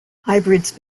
hybrids